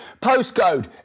Postcode